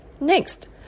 Next